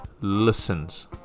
listens